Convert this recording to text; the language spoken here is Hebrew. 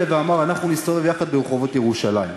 ואמר: אנחנו נסתובב יחד ברחובות ירושלים.